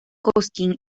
cosquín